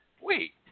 wait